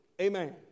Amen